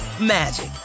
magic